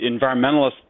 environmentalists